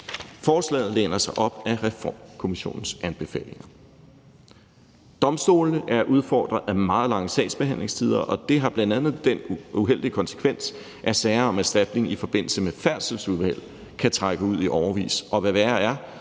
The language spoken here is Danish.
Forslaget læner sig op ad Reformkommissionens anbefalinger. Domstolene er udfordret af meget lange sagsbehandlingstider, og det har bl.a. den uheldige konsekvens, at sager om erstatning i forbindelse med færdselsuheld kan trække ud i årevis,